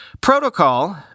Protocol